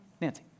Nancy